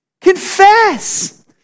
Confess